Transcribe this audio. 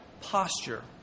posture